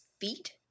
feet